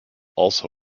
also